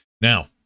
Now